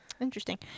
interesting